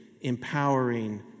empowering